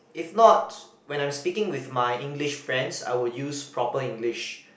if not when I'm speaking with my English friends I would use proper English